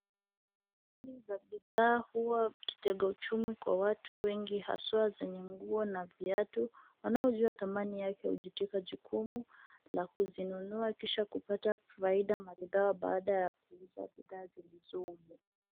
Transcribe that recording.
Beli za bidhaa huwa kitega uchumi cha watu wengi haswa zenye nguo na viatu. Wanaojua dhamani yake hujitweka jukumu la kuzinunua kisha kupata faida maridhawa baada ya kuuza bidhaa zilizomo.